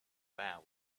vow